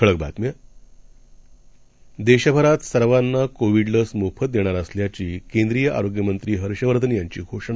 ठळक बातम्या देशभरातसर्वांनाकोविडलसमोफतदेणारअसल्याचीकेंद्रीयआरोग्यमंत्रीहर्षवर्धनयांची घोषणा